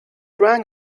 rang